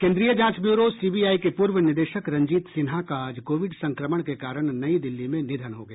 केन्द्रीय जांच bureau CBI के पूर्व निदेशक रंजीत सिन्हा का आज कोविड संक्रमण के कारण नई दिल्ली में निधन हो गया